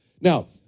Now